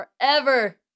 forever